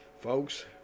Folks